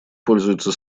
пользуются